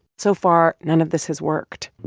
so far, none of this has worked.